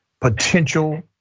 potential